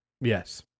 Yes